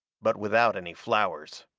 but without any flowers.